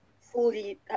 fully